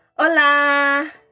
Hola